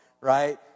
Right